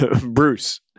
Bruce